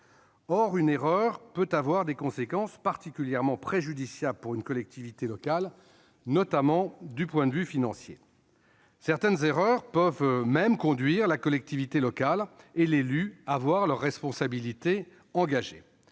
Or une erreur peut avoir des conséquences particulièrement préjudiciables pour une collectivité locale, notamment d'un point de vue financier. Certaines erreurs peuvent même conduire celle-ci ainsi que les élus à voir leur responsabilité engagée.